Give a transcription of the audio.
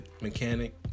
mechanic